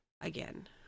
again